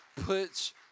puts